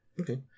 Okay